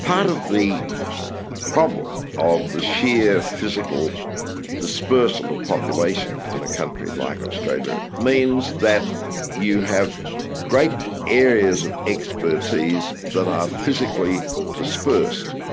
of the problem of the sheer physical dispersal of population in a country like australia, means that you have great areas of expertise that are physically dispersed,